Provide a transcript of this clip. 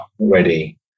ready